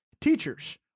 teachers